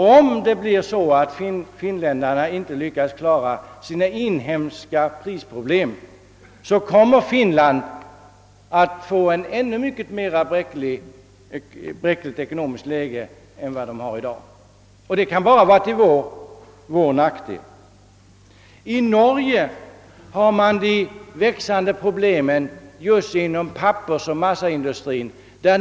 Om finländarna inte lyckas klara sina inhemska Pprisproblem, kommer Finland att få ett ännu mycket mera bräckligt ekonomiskt läge än i dag, och det kan bara vara till vår nackdel. I Norge har man de växande problemen just inom pappersoch massaindustrin.